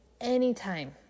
anytime